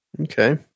Okay